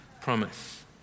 promise